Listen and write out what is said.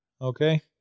Okay